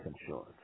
insurance